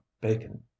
bacon